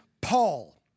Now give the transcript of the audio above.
Paul